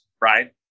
Right